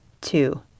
two